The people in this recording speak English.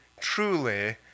truly